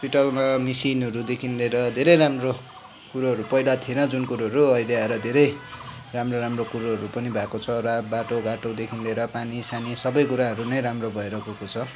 हस्पिटलमा मिसिनहरूदेखिन् लिएर धेरै राम्रो कुरोहरू पहिला थिए जुन कुरोहरू अहिले आएर धेरै राम्रो राम्रो कुरोहरू पनि भएको छ र बाटोघाटोदेखिन् लिएर पानीसानी सबै कुराहरू नै राम्रो भएर गएको छ